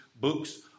books